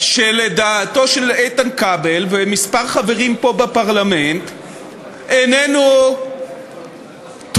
שלדעתו של איתן כבל וכמה חברים פה בפרלמנט איננו טוב,